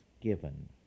given